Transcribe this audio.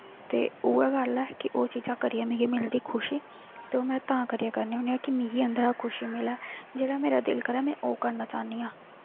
ते उ'ऐ गल्ल ऐ कि ओह् चीज़ां करियै मिगी मिलदी खुशी ते ओह् में तां करियै करनी होन्नी कि मिगी अन्दरा खुशी मिलै जेह्ड़ा मेरा दिल करै में ओह् करना चाह्न्नी आं